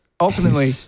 Ultimately